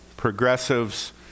Progressives